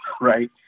right